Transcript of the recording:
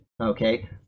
okay